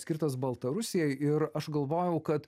skirtas baltarusijai ir aš galvojau kad